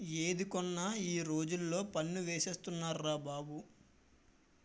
ఏది కొన్నా ఈ రోజుల్లో పన్ను ఏసేస్తున్నార్రా బాబు